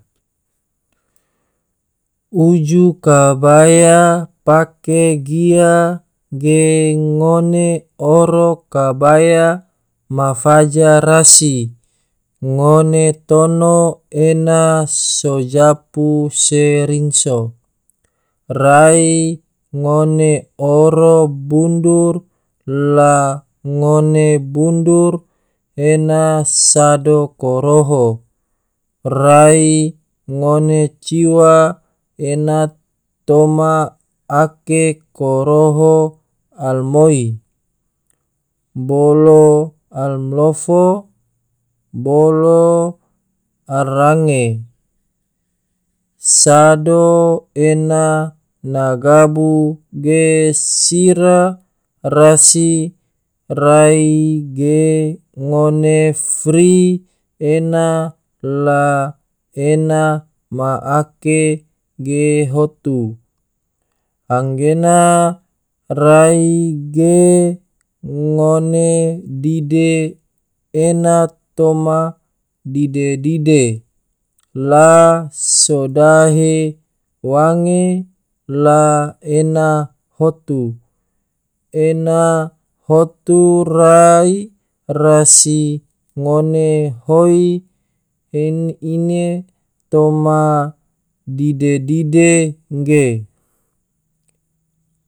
Uju kabaya pake gia ge ngone oro kabaya ma faja rasi, ngone tono ena so japu se rinso, rai ngone oro bundur la ngone bundur sado koroho, rai ngone ciwa ena toma ake koroho alamoi bolo alamlofo, bolo alarange sado ena na gabu ge sira rasi rai ge ngone fri ena la ena ma ake ge hotu, anggena rai ge ngone dide ena toma dide-dide, la sodahe wange la ena hotu, ena hotu rai rasi ngone hoi ine toma dide-dide ge.